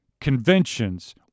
conventions